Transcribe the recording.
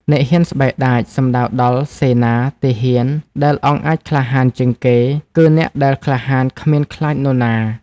អ្នកហ៊ានស្បែកដាច សំដៅដល់សេនា ទាហានដែលអង់អាចក្លាហានជាងគេ គឺអ្នកដែលក្លាហានគ្មានខ្លាចនរណា ។